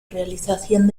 realización